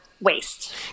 waste